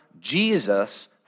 Jesus